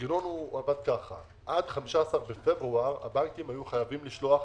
המנגנון עבד כך: עד 15 בפברואר הבנקים היו חייבים לשלוח